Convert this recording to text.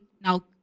now